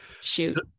Shoot